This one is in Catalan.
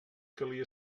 calia